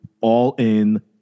All-In